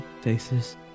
faces